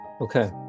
Okay